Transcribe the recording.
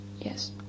Yes